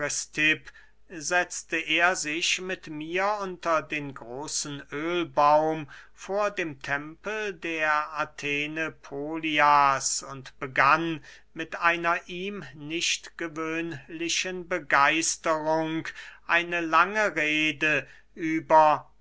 setzte er sich mit mir unter den großen öhlbaum vor dem tempel der athene polias und begann mit einer ihm nicht gewöhnlichen begeisterung eine lange rede über